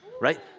Right